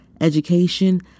education